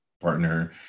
partner